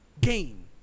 game